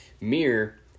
mirror